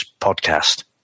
podcast